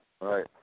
right